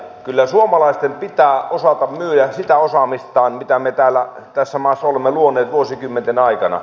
kyllä suomalaisten pitää osata myydä sitä osaamistaan mitä me täällä tässä maassa olemme luoneet vuosikymmenten aikana